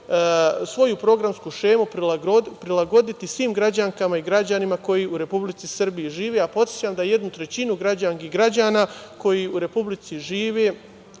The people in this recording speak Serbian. svoju programsku šemu prilagoditi svim građankama i građanima koji u Republici Srbiji žive, a podsećam da jednu trećinu građanki i građana koji u Republici žive